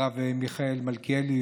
הרב מיכאל מלכיאלי,